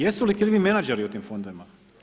Jesu li krivi menadžeri u tim fondovima?